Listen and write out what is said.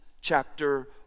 chapter